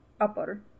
upper